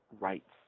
rights